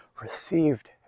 received